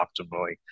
optimally